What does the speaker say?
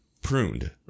pruned